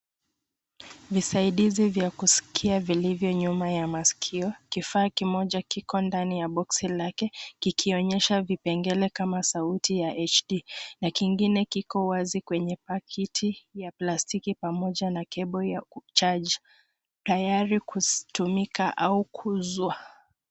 Visaidizi vya kuskia vilivyo nyuma ya maskio, kifaa kimoja kiko ndani ya boksi lake, kikionyesha vipengele kama sauiti ya HD .Na kingine kiko wazi kwenye pakiti ya plastiki pamoja na cable ya kuchaji tayari kutumika au kuuzwa.